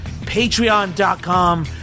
Patreon.com